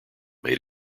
made